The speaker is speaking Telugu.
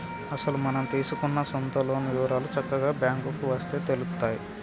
అసలు మనం తీసుకున్న సొంత లోన్ వివరాలు చక్కగా బ్యాంకుకు వస్తే తెలుత్తాయి